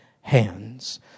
hands